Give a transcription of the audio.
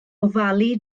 ofalu